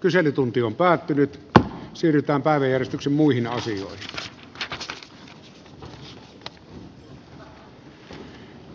kyselytunti on päättynyt ja siirrytään päälle järistyksen ensimmäinen